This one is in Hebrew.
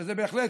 שזה בהחלט,